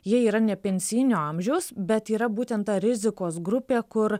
jie yra ne pensijinio amžiaus bet yra būtent ta rizikos grupė kur